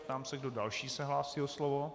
Ptám se, kdo další se hlásí o slovo.